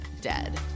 dead